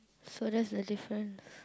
so that's the difference